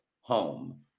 home